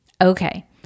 Okay